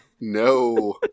no